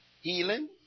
healing